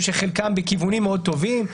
שחלקם בכיוונים מאוד טובים.